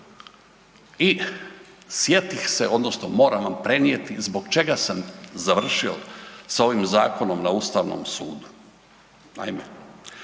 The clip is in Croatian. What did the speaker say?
i sjetih se odnosno moram vam prenijeti zbog čega sam završio sa ovim zakonom na Ustavnom sudu.